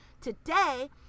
today